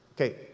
Okay